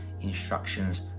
instructions